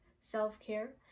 self-care